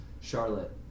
Charlotte